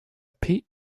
pete